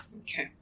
Okay